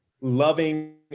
loving